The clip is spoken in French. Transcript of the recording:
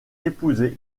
épousé